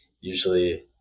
usually